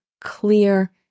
clear